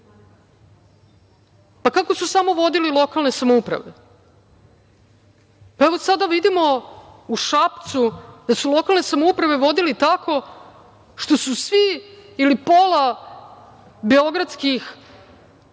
vidimo. Kako su samo vodili lokalne samouprave? Evo, sada vidimo u Šapcu da su lokalne samouprave vodili tako što su svi ili pola beogradskih